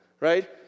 right